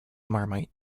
marmite